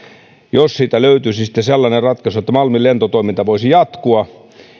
jos siitä löytyisi sitten sellainen ratkaisu että malmin lentotoiminta voisi jatkua